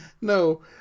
No